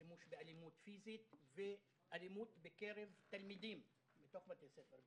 שימוש באלימות פיזית ואלימות בקרב תלמידים בתוך בתי ספר,